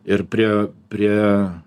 ir prie prie